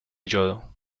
yodo